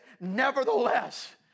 nevertheless